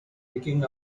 picking